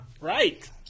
Right